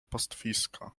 pastwiska